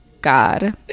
God